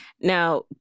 Now